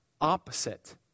opposite